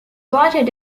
voted